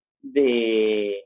de